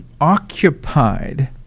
occupied